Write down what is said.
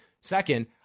Second